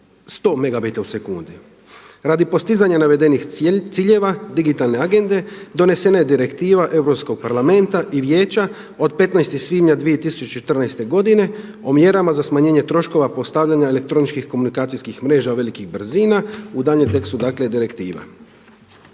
sekundi. Radi postizanja navedenih ciljeva digitalne Agende donesena je Direktiva Europskog parlamenta i Vijeća od 15. svibnja 2014. godine o mjerama za smanjenje troškova postavljanja elektroničkih komunikacijskih mreža velikih brzina, u daljnjem tekstu, dakle direktiva.